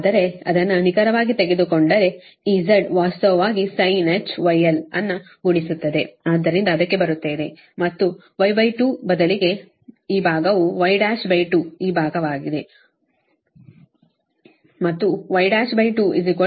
ಆದರೆ ಅದನ್ನು ನಿಖರವಾಗಿ ತೆಗೆದುಕೊಂಡರೆ ಆದ್ದರಿಂದ ಈ Z ವಾಸ್ತವವಾಗಿ sinh γl ಅನ್ನು ಗುಣಿಸುತ್ತದೆ ಅದರಿಂದ ಅದಕ್ಕೆ ಬರುತ್ತೇನೆ ಮತ್ತುY2 ಬದಲಿಗೆ ಈ ಭಾಗವುY12 ಈ ಭಾಗವಾಗಿದೆ Y12 ಆಗಿದೆ